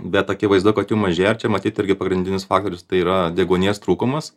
bet akivaizdu kad jų mažėja ir čia matyt irgi pagrindinis faktorius tai yra deguonies trūkumas